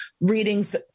readings